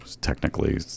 technically